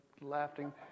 laughing